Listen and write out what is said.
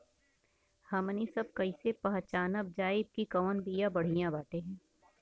हमनी सभ कईसे पहचानब जाइब की कवन बिया बढ़ियां बाटे?